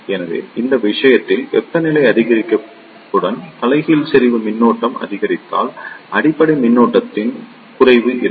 எனவே அந்த விஷயத்தில் வெப்பநிலை அதிகரிப்புடன் தலைகீழ் செறிவு மின்னோட்டம் அதிகரித்தால் அடிப்படை மின்னோட்டத்தில் குறைவு இருக்கும்